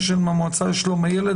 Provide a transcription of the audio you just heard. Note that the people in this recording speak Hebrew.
לשלום הילד,